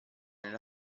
nella